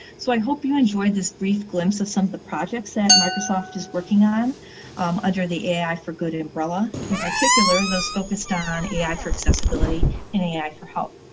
so i hope you enjoyed this brief glimpse of some of the projects that microsoft is working on under the ai for good umbrella, in particular those focused on ai for accessibility in ai for help.